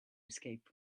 escape